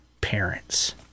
parents